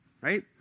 right